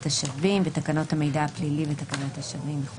השבים ותקנות המידע הפלילי ותקנות השבים...